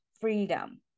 freedom